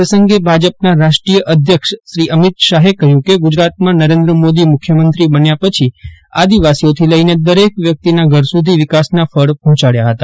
પ્રસંગે ભાજપના રાષ્ટ્રીય અદ્યક્ષ અમિત શાહે કહ્યું કે ગુજરાતમાં નરેન્દ્ર મોદી મુખ્યમંત્રી બન્યા પછી આદિવાસીથી લઈને દરેક વ્યક્તિના ઘર સુધી વિકાસના ફળ પહોંચાડ્યા ફતા